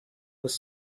was